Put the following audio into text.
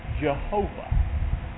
Jehovah